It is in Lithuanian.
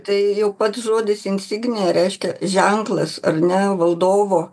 tai jau pats žodis insignija reiškia ženklas ar ne valdovo